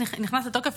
ליועצו של ערפאת,